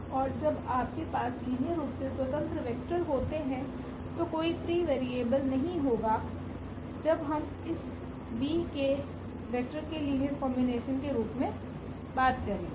और जब आपके पास लीनियर रूप से स्वतंत्र वेक्टर होते हैं तो कोई फ्री वेरिएबल नहीं होगा जब हम इस V के वेक्टर के लीनियर कोम्बिनेशन के रूप में बात करेगे